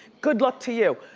good luck to you.